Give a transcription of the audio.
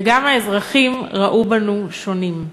וגם האזרחים ראו בנו שונים.